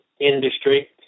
industry